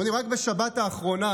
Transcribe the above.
רק בשבת האחרונה